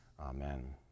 Amen